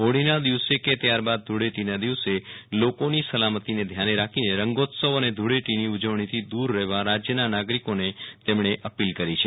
હોળીના દિવસે કે ત્યારબાદ ધૂ ળેટીના દિવસે લોકોની સલામતીને ધ્યાને રાખીને રંગોત્સવ અને ધ્ ળેટીની ઉજવણીથી દૂર રહેવા રાજયના નાગરિકોને તેમણે અપીલ કરી છે